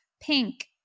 Pink